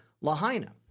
Lahaina